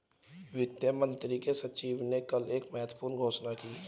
वित्त मंत्री के सचिव ने कल एक महत्वपूर्ण घोषणा की